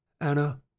Anna